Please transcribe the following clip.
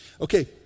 Okay